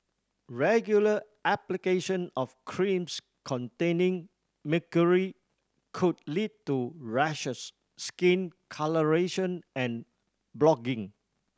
regular application of creams containing mercury could lead to rashes skin colouration and blotching